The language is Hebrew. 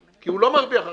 כי הוא לא מרוויח יותר.